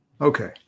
Okay